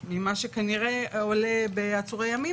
ממה שכנראה עולה בעצורי ימים